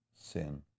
sin